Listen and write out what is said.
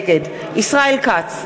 נגד ישראל כץ,